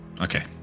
Okay